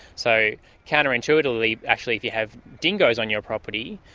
so counterintuitively actually if you have dingoes on your property,